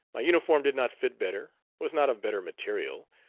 my uniform did not fit better, was not of better material,